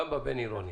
גם בבין-עירוני.